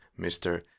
Mr